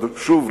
שוב,